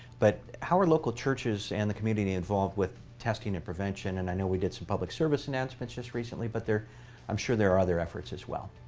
but how are local churches and the community involved with testing and prevention? and i know we did some public service announcements just recently. but i'm sure there are other efforts as well.